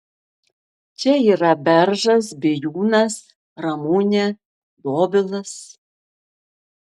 čia yra beržas bijūnas ramunė dobilas